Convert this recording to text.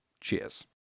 Cheers